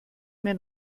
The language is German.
mir